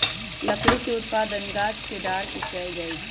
लकड़ी के उत्पादन गाछ के डार के कएल जाइ छइ